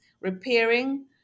repairing